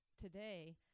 today